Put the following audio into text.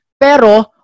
pero